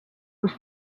kus